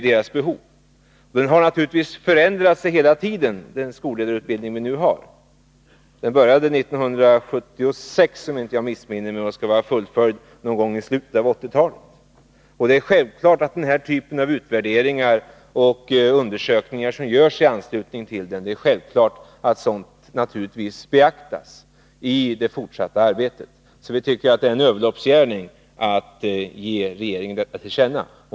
Den skolledarutbildning som vi nu har har naturligtvis förändrat sig hela tiden. Den började 1976, om jag inte missminner mig, och skall vara fullföljd någon gång i slutet av 1980-talet. Självklart skall den utvärdering eller undersökning som görs i anslutning till den beaktas i det fortsatta arbetet. Vi tycker därför att det är en överloppsgärning att ge regeringen detta till känna.